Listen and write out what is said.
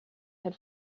had